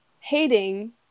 hating